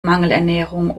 mangelernährung